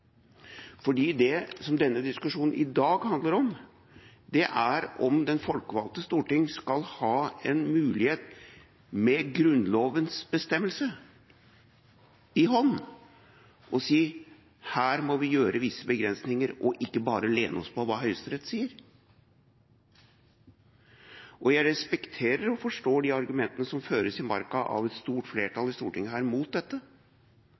Det som denne diskusjonen i dag handler om, er om det folkevalgte storting skal ha en mulighet – med Grunnlovens bestemmelse i hånd – til å si at her må vi gjøre visse begrensninger og ikke bare lene oss på hva Høyesterett sier. Jeg respekterer og forstår de argumentene som føres i marka av et stort flertall i Stortinget mot dette,